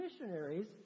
missionaries